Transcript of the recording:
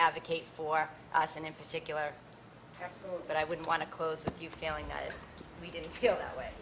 advocate for us and in particular that i wouldn't want to close you feeling we didn't feel that way